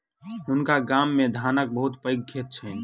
हुनका गाम मे धानक बहुत पैघ खेत छैन